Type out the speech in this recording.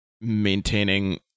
maintaining